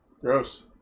gross